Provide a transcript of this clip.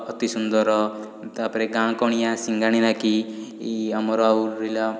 ଅତି ସୁନ୍ଦର ଆଉ ତା'ପରେ ଗାଁ କନିଆ ସିଙ୍ଗାଣି ନାକି ଇ ଆମର ଆଉ ରହିଲା